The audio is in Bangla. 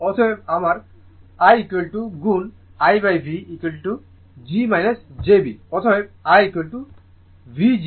অতএব আমার I গুণ IV g jb অতএব IV g jVb